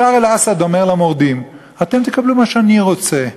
בשאר אל-אסד אומר למורדים: אתם תקבלו מה שאני רוצה,